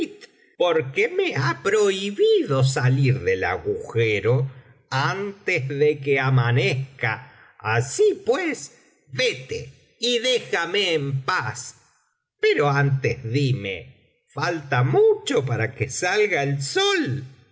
efrit porque me ha prohibido salir del agujero antes de que amanezca así pues vete y déjame en paz pero antes dime falta mucho para que salga el sol